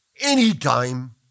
anytime